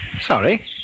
Sorry